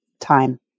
time